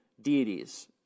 deities